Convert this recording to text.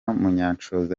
munyanshoza